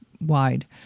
wide